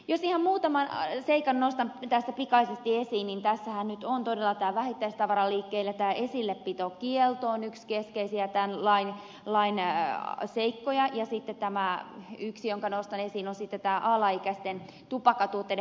jos ihan muutaman seikan nostan tästä pikaisesti esiin niin tässähän nyt todella tämä esilläpitokielto vähittäistavaraliikkeille on yksi keskeisiä tämän lain seikkoja ja sitten yksi jonka nostan esiin on alaikäisten tupakkatuotteiden hallussapitokielto